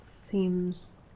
seems